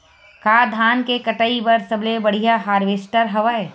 का धान के कटाई बर सबले बढ़िया हारवेस्टर हवय?